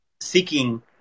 seeking